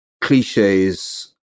cliches